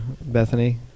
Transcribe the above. Bethany